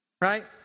Right